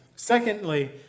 Secondly